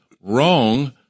wrong